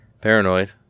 paranoid